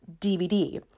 DVD